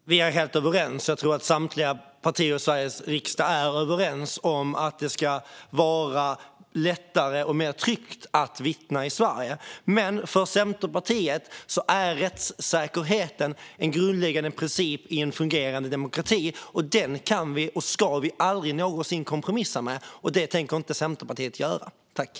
Fru talman! Vi är helt överens. Jag tror att samtliga partier i Sveriges riksdag är överens om att det i vårt land ska vara lättare och mer tryggt att vittna. Men för Centerpartiet är rättssäkerheten en grundläggande princip i en fungerande demokrati, och den kan och ska vi aldrig någonsin kompromissa om. Det tänker Centerpartiet heller inte göra.